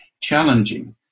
challenging